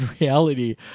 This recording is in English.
reality